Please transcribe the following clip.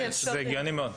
זה הגיוני מאוד.